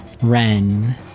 Ren